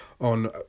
on